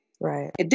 Right